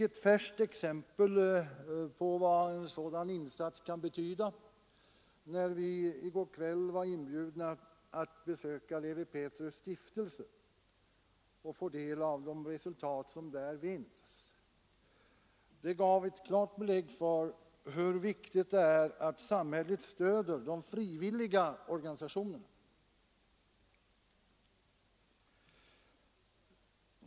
Ett färskt exempel + på vad en sådan insats kan betyda fick vi när vi i går kväll var inbjudna att besöka Lewi Pethrus” stiftelse och där fick del av de resultat som vinns. Det gav ett klart belägg för hur viktigt det är att samhället stöder de frivilliga organisationerna.